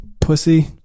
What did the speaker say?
pussy